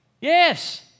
Yes